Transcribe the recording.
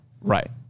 right